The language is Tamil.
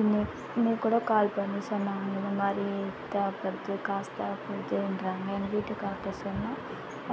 இன்னக்கு கூட கால் பண்ணி சொன்னாங்க இதமாதிரி தேவைப்படுது காசு தேவைப்படுதுன்றாங்க எங்கள் வீட்டுகாரர்கிட்ட சொன்ன